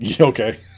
Okay